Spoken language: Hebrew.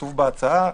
שכתוב בהצעה.